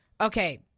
Okay